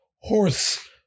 horse